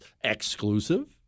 exclusive